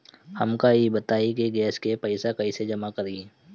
हमका ई बताई कि गैस के पइसा कईसे जमा करी?